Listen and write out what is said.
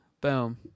boom